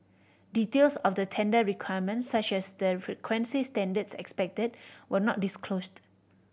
details of the tender requirements such as the frequency standards expected were not disclosed